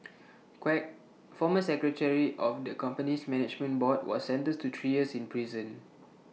Quek former secretary of the company's management board was sentenced to three years in prison